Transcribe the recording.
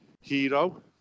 hero